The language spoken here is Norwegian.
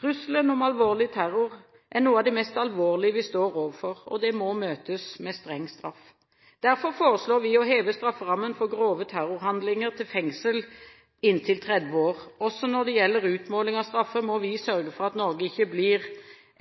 Trusselen om alvorlig terror er noe av det mest alvorlige vi står overfor. Det må møtes med streng straff. Derfor foreslår vi å heve strafferammen for grove terrorhandlinger til fengsel inntil 30 år. Også når det gjelder utmåling av straffer, må vi sørge for at Norge ikke blir